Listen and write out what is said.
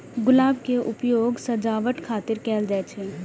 गुलाब के उपयोग सजावट खातिर कैल जाइ छै